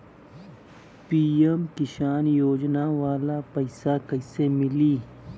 PM किसान योजना वाला पैसा कईसे मिली?